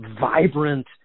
vibrant